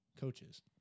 coaches